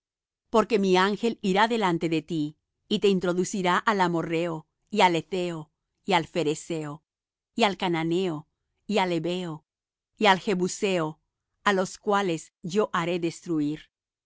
porque mi angel irá delante de ti y te introducirá al amorrheo y al hetheo y al pherezeo y al cananeo y al heveo y al jebuseo á los cuales yo haré destruir